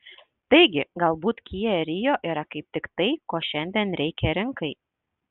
taigi galbūt kia rio yra kaip tik tai ko šiandien reikia rinkai